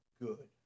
good